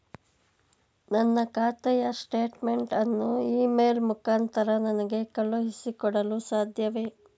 ನನ್ನ ಖಾತೆಯ ಸ್ಟೇಟ್ಮೆಂಟ್ ಅನ್ನು ಇ ಮೇಲ್ ಮುಖಾಂತರ ನನಗೆ ಕಳುಹಿಸಿ ಕೊಡಲು ಸಾಧ್ಯವೇ?